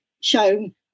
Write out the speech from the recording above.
shown